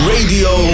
Radio